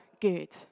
good